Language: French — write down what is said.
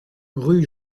rue